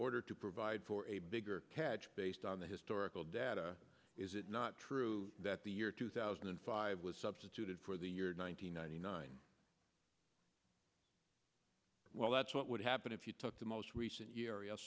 order to provide for a bigger catch based on the historical data is it not true that the year two thousand and five was substituted for the year one hundred ninety nine well that's what would happen if you took the most recent year